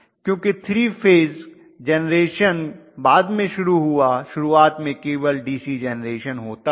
क्योंकि 3 phase generation बाद में शुरू हुआ शुरुआत में केवल डीसी जेनरेशन होता था